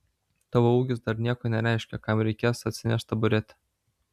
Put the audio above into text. tavo ūgis dar nieko nereiškia kam reikės atsineš taburetę